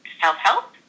self-help